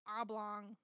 oblong